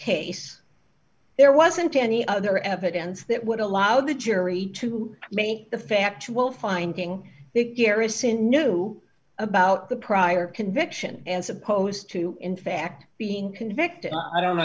case there wasn't any other evidence that would allow the jury to make the factual finding big arison knew about the prior conviction and supposed to in fact being convicted i don't